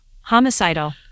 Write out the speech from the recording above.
Homicidal